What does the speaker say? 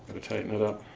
to tighten it up